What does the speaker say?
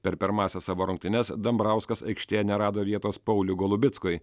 per pirmąsias savo rungtynes dambrauskas aikštėje nerado vietos pauliui golubickui